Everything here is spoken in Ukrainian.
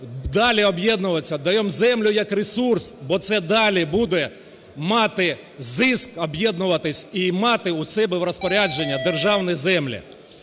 далі об'єднуватися, даємо землю як ресурс, бо це далі буде мати зиск об'єднуватися і мати в себе в розпорядженні державні землі.